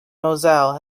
moselle